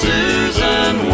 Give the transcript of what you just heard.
Susan